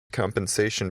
compensation